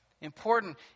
important